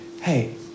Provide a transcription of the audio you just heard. Hey